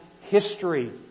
history